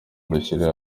dushyire